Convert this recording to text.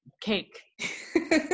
cake